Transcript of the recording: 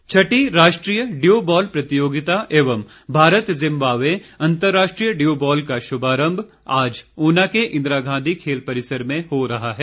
प्रतियोगिता छठी राष्ट्रीय ड्यू बॉल प्रतियोगिता एवं भारत जिम्बावे अंतर्राष्ट्रीय ड्यू बॉल का शुभारंभ आज ऊना के इंदिरा गांधी खेल परिसर में हो रहा है